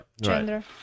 gender